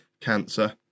cancer